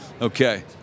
Okay